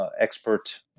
expert